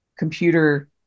computer